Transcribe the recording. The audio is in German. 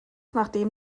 nachdem